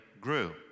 grew